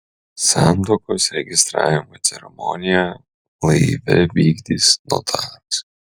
santuokos registravimo ceremoniją laive vykdys notaras